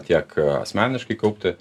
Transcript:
tiek asmeniškai kaupti